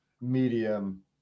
medium